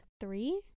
three